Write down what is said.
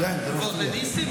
ועוד לניסים?